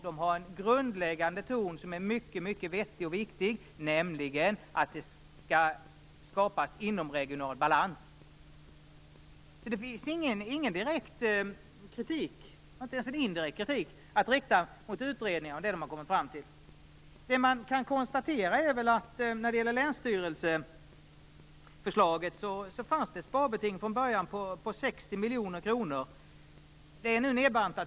De har en grundläggande ton som är mycket vettig och viktig, nämligen att det skall skapas inomregional balans. Det finns ingen direkt kritik, och inte ens en indirekt kritik, att rikta mot utredningarna och det de har kommit fram till. Man kan konstatera att när det gäller länsstyrelseförslaget fanns det ett sparbeting från början på 60 miljoner kronor.